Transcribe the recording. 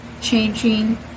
changing